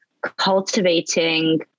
cultivating